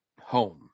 home